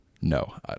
No